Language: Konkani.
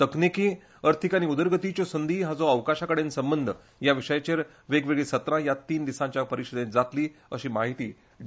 तकनीकी अर्थिक आनी उदरगतीच्यो संधी हाचो अवकाशाकडेन संबंध ह्या विशयाचेर वेगवेगळी सत्रा ह्या तीन दिसांच्या परिशदेंत जातली अशी म्हायती डी